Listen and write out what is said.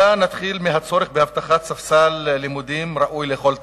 נתחיל מהצורך בהבטחת ספסל לימודים ראוי לכל תלמיד.